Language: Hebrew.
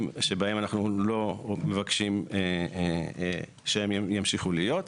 שבהם אנחנו לא מבקשים שהם ימשיכו להיות.